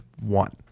one